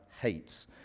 hates